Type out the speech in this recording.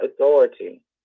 authority